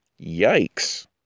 Yikes